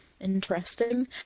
Interesting